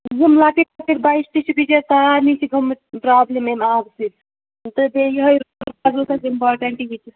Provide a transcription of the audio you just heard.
ہُم لۄکٕٹۍ لۄکٕٹۍ بچہٕ تہِ چھِ بِچٲرۍ سارِنی چھِ گٔمٕژ پرٛابلِم اَمہِ آبہٕ سۭتۍ تہٕ بیٚیہِ یِہٕے اِمپاٹنٛٹ یہِ تہِ